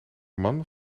man